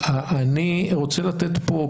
אני רוצה לתת פה,